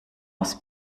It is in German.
aus